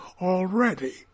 already